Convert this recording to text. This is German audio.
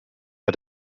bei